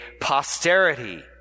posterity